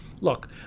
Look